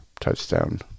touchdown